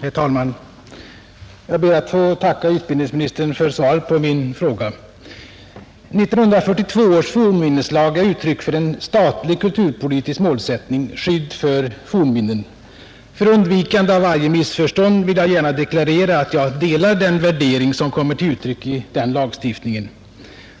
Herr talman! Jag ber att få tacka utbildningsministern för svaret på min fråga. 1942 års fornminneslag är uttryck för en statlig kulturpolitisk målsättning — skydd för fornminnen. För undvikande av varje missförstånd vill jag deklarera, att jag delar den värdering som kommer till uttryck i denna lagstiftning.